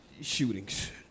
Shootings